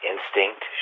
instinct